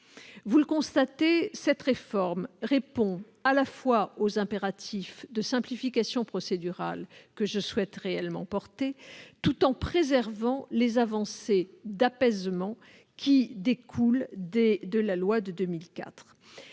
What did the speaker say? Vous le constatez, cette réforme répond aux impératifs de simplification procédurale que je souhaite réellement porter, tout en préservant les avancées d'apaisement qui découlent de la loi de 2004.